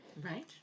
Right